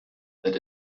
that